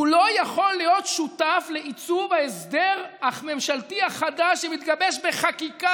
הוא לא יכול להיות שותף לעיצוב ההסדר הממשלתי החדש שמתגבש בחקיקה,